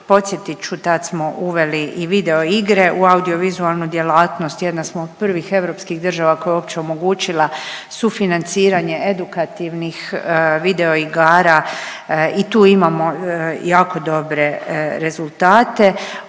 Podsjetit ću tad smo uveli i video igre u audiovizualnu djelatnost. Jedna smo od prvih europskih država koja je uopće omogućila sufinanciranje edukativnih videoigara i tu imamo jako dobre rezultate.